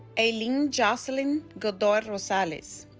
aleen josseline godoy rosales